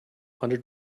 hundred